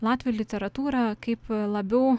latvių literatūrą kaip labiau